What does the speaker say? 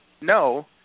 no